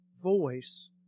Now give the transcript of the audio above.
voice